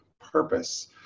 purpose